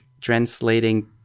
translating